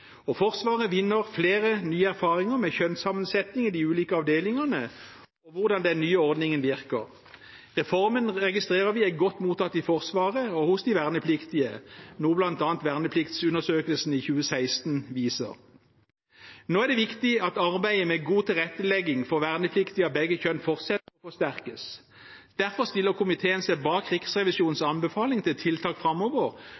i Forsvaret. Forsvaret vinner flere nye erfaringer med kjønnssammensetning i de ulike avdelingene og hvordan den nye ordningen virker. Reformen registrerer vi er godt mottatt i Forsvaret og hos de vernepliktige, noe bl.a. vernepliktundersøkelsen i 2016 viser. Det er viktig at arbeidet med god tilrettelegging for vernepliktige av begge kjønn fortsetter og forsterkes. Derfor stiller komiteen seg bak Riksrevisjonens anbefaling til tiltak framover,